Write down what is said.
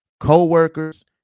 co-workers